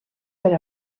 per